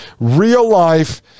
real-life